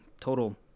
total